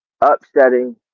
upsetting